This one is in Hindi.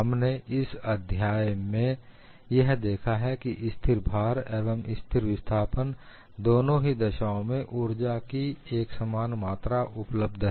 हमने इस अभ्यास में यह देखा है कि स्थिर भार एवं स्थिर विस्थापन दोनों ही दशाओं में ऊर्जा की एकसमान मात्रा उपलब्ध है